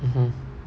mmhmm